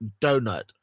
donut